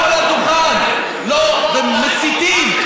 עולים פה לדוכן ומסיתים,